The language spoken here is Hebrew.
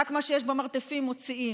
שרק מה שיש במרתפים מוציאים,